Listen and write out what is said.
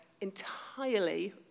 entirely